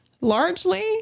Largely